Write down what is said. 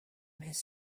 his